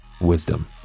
wisdom